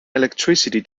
electricity